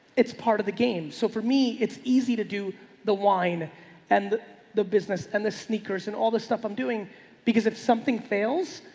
it's part of the game. so for me it's easy to do the wine and the business and the sneakers and all the stuff i'm doing because if something fails,